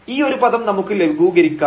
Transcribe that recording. ഈ ഒരു പദം നമുക്ക് ലഘൂകരിക്കാം